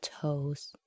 toes